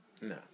No